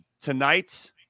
tonight